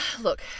look